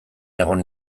egon